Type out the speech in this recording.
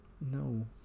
No